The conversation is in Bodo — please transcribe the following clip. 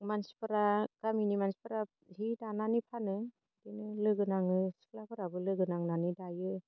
मानसिफोरा गामिनि मानसिफोरा जि दानानै फानो इदिनो लोगो नाङो सिख्लाफोराबो लोगो नांनानै दायो